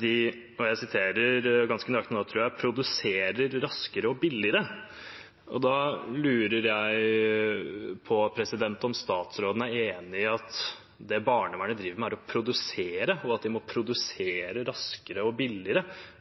de – og jeg siterer ganske nøyaktig nå, tror jeg – produserer raskere og billigere. Da lurer jeg på om statsråden er enig i at det barnevernet driver med, er å produsere, og at de må